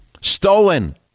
Stolen